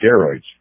steroids